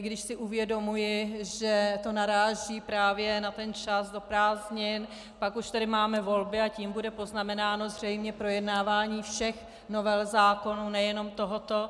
Když si uvědomuji, že to naráží právě na ten čas do prázdnin, pak už tady máme volby a tím bude poznamenáno zřejmě projednávání všech novel zákonů, nejenom tohoto.